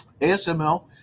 ASML